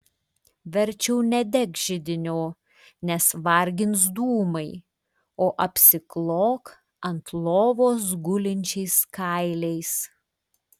verčiau nedek židinio nes vargins dūmai o apsiklok ant lovos gulinčiais kailiais